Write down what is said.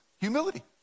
humility